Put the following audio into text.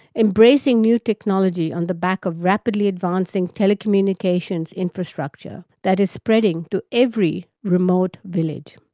embracing new technology on the back of rapidly advancing telecommunications infrastructure that is spreading to every remote village.